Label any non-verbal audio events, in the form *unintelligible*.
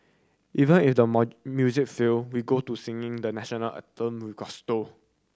even if the *unintelligible* music fail we go to singing the National Anthem with gusto